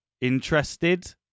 interested